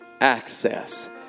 access